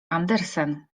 andersen